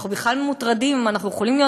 אנחנו בכלל מוטרדים אם אנחנו יכולים להיות